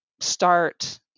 start